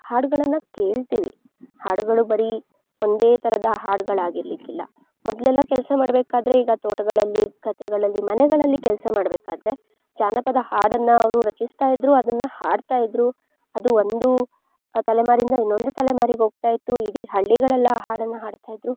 ಹಾಡುಗಳನ್ನು ಕೇಳ್ತಿವಿ ಹಾಡುಗಳು ಬರಿ ಒಂದೇ ಥರದ ಹಾಡುಗಳಾಗಿರ್ಲಿಕ್ಕಿಲ್ಲ ಮೊದಲೆಲ್ಲ ಕೆಲಸ ಮಾಡಬೇಕಾದ್ರೆ ಈಗ ತೋಟಗಳಲ್ಲಿ ಗದ್ದೆಗಳಲ್ಲಿ ಮನೆಗಳಲ್ಲಿ ಕೆಲಸ ಮಾಡಬೇಕಾದ್ರೆ ಜಾನಪದ ಹಾಡನ್ನು ಅವರು ರಚಿಸ್ತಾ ಇದ್ರು ಅದನ್ನು ಹಾಡ್ತಾಯಿದ್ರು ಅದು ಒಂದು ತಲೆಮಾರಿಂದ ಇನ್ನೊಂದು ತಲೆಮಾರಿಗೆ ಹೋಗ್ತಾಯಿತ್ತು ಇಡೀ ಹಳ್ಳಿಗಳೆಲ್ಲ ಆ ಹಾಡನ್ನು ಹಾಡ್ತಾ ಇದ್ರು